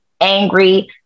angry